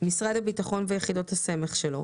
משרד הביטחון ויחידות הסמך שלו,